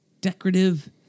decorative